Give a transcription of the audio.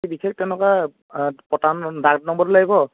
বিশেষ তেনেকুৱা পটা ডাগ নম্বৰটো লাগিব